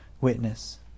witness